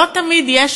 לא תמיד יש